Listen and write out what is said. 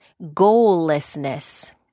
goallessness